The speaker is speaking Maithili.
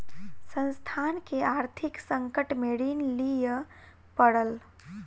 संस्थान के आर्थिक संकट में ऋण लिअ पड़ल